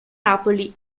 napoli